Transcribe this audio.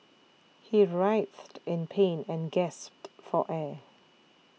he writhed in pain and gasped for air